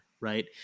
right